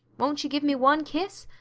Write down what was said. won't you give me one kiss?